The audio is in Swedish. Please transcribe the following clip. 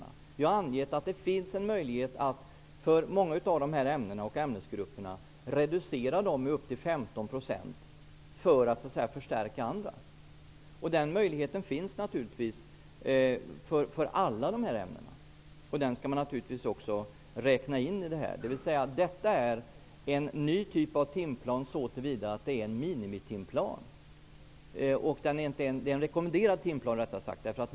Vi har angett att det finns en möjlighet att reducera timantalet i många av de här ämnena och ämnesgrupperna med upp till 15 % för att förstärka andra. Den möjligheten finns naturligtvis för alla dessa ämnen. Den skall naturligtvis också räknas in i detta. Detta är en ny typ av timplan såtillvida att det är en minimitimplan. Det är en rekommenderad timplan rättare sagt.